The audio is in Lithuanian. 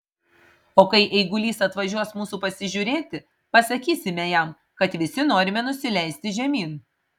o kai eigulys atvažiuos mūsų pasižiūrėti pasakysime jam kad visi norime nusileisti žemyn